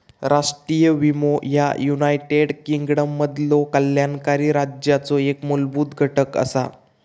राष्ट्रीय विमो ह्या युनायटेड किंगडममधलो कल्याणकारी राज्याचो एक मूलभूत घटक असा